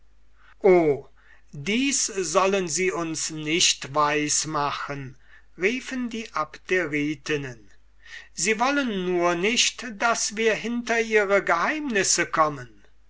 o dies sollen sie uns nicht weis machen riefen die abderitinnen sie wollen nur nicht daß wir hinter ihre geheimnisse kommen